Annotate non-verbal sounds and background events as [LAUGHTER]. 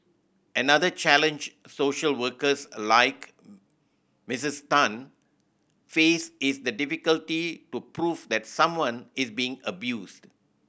another challenge social workers like [HESITATION] Missis Tan face is the difficulty to prove that someone is being abused